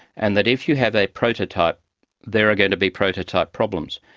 and that if you have a prototype there are going to be prototype problems.